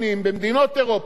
הוא לא ארגון טרור,